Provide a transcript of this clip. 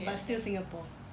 but still singapore